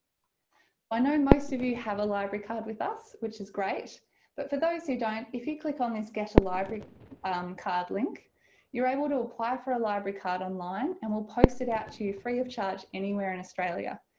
i know most of you have a library card with us which is great but for those who don't if you click on this get a library card link you're able to apply for a library card online and we'll post it out to you free of charge anywhere in australia.